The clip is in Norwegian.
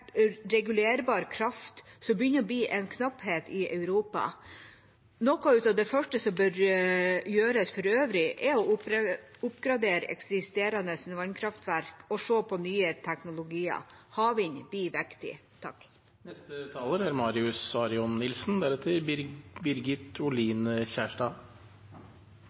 regulerbar kraft, som begynner å bli en knapphet i Europa. Noe av det første som bør gjøres for øvrig, er å oppgradere eksisterende vannkraftverk og se på nye teknologier. Havvind blir viktig.